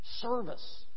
Service